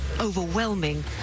overwhelming